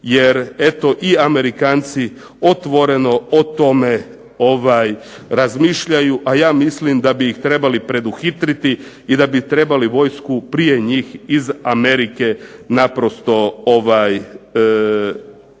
Jer eto i Amerikanci otvoreno o tome razmišljaju, a ja mislim da bi ih trebali preduhitriti i da bi trebali vojsku prije njih iz Amerike naprosto povući.